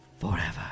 Forever